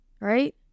right